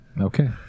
Okay